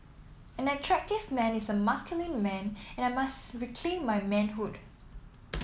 an attractive man is a masculine man and I must reclaim my manhood